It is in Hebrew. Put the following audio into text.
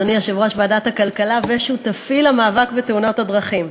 אדוני יושב-ראש ועדת הכלכלה ושותפי למאבק בתאונות הדרכים,